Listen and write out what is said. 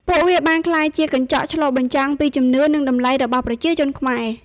ពួកវាបានក្លាយជាកញ្ចក់ឆ្លុះបញ្ចាំងពីជំនឿនិងតម្លៃរបស់ប្រជាជនខ្មែរ។